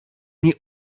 nie